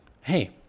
hey